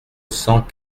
cent